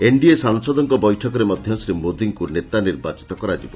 NDA ସାଂସଦଙ୍କ ବୈଠକରେ ମଧ୍ୟ ଶ୍ରୀ ମୋଦିଙ୍କୁ ନେତା ନିର୍ବାଚିତ କରାଯିବ